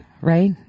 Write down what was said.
right